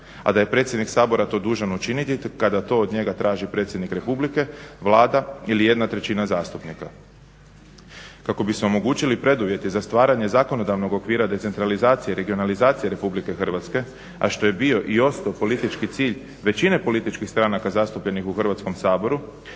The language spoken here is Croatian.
a da je predsjednik Sabora to dužan učiniti kada to od njega traži predsjednik Republike, Vlada ili 1/3 zastupnika. Kako bi se omogućili preduvjeti za stvaranje zakonodavnog okvira decentralizacije, regionalizacije Republike Hrvatske, a što je bio i ostao politički cilj većine političkih stranaka zastupljenih u Hrvatskom saboru,